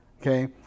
Okay